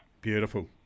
Beautiful